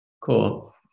cool